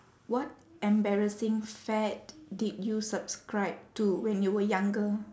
what embarrassing fad did you subscribe to when you were younger